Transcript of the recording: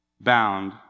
bound